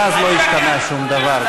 מאז לא השתנה שום דבר,